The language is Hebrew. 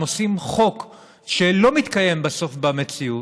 אם עושים חוק שלא מתקיים בסוף במציאות,